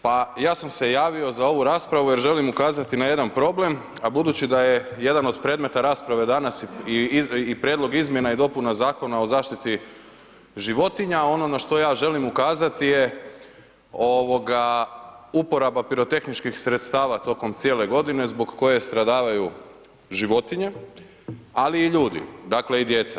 Pa ja sam se javio za ovu raspravu jer želim ukazati na jedan problem a budući da je jedan od predmeta rasprave danas i Prijedlog izmjena i dopuna Zakona o zaštiti životinja, ono na što ja želim ukazati je uporaba pirotehničkih sredstava tokom cijele godine zbog koje stradavaju životinje ali i ljudi, dakle i djeca.